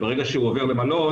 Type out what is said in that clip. וברגע שהוא עובר למלון,